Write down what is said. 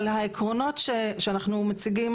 אבל, העקרונות שאנחנו מציגים